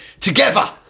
together